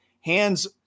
Hands